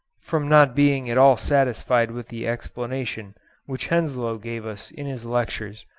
from not being at all satisfied with the explanation which henslow gave us in his lectures,